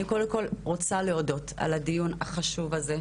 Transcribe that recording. אני קודם רוצה להודות על הדיון החשוב הזה,